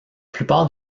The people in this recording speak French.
plupart